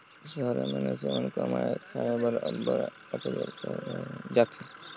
सहर में मइनसे मन कमाए खाए बर अब्बड़ आथें ता सहर कर घरी पखारी में घलो रोजगार कर साधन हर बइढ़ जाथे